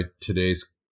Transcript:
today's